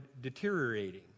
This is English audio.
deteriorating